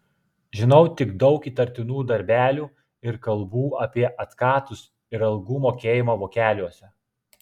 žinau tik daug įtartinų darbelių ir kalbų apie atkatus ir algų mokėjimą vokeliuose